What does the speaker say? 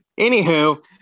Anywho